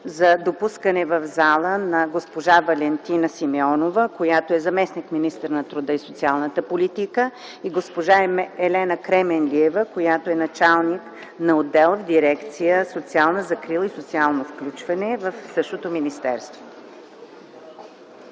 за допускане в зала на госпожа Валентина Симеонова, която е заместник-министър на труда и социалната политика и госпожа Елена Кременлиева, която е началник на отдел в дирекция „Социална закрила и социално включване” в същото министерство.